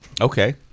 Okay